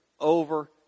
over